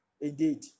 indeed